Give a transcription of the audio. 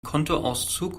kontoauszug